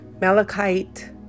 malachite